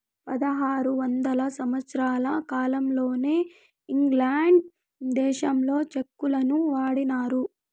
పదహారు వందల సంవత్సరాల కాలంలోనే ఇంగ్లాండ్ దేశంలో చెక్కులను వాడినారు